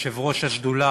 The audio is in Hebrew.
אדוני היושב-ראש, כבוד השר,